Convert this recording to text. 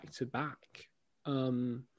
back-to-back